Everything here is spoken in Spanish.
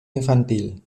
infantil